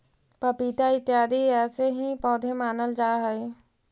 पपीता इत्यादि ऐसे ही पौधे मानल जा हई